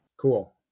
Cool